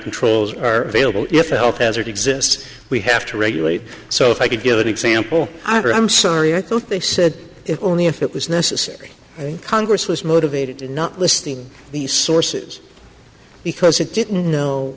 controls are available if a health hazard exists we have to regulate so if i could give an example i'm sorry i thought they said it only if it was necessary congress was motivated not listing the sources because it didn't know